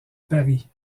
paris